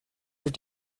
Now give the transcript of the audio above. were